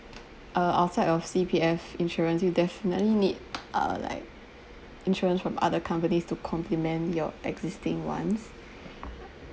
uh outside of C_P_F insurance you definitely need uh like insurance from other companies to complement your existing ones